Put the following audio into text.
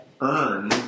earn